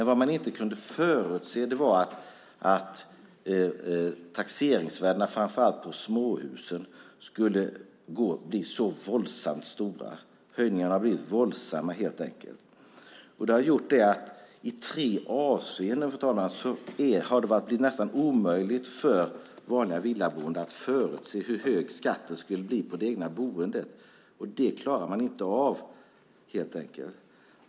Vad man inte kunde förutse var att taxeringsvärdena på framför allt småhusen skulle bli så våldsamt höga. Det har helt enkelt blivit våldsamma höjningar. I tre avseenden, fru talman, har det blivit nästan omöjligt för vanliga villaboende att förutse hur hög skatten ska bli på det egna boendet.